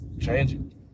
Changing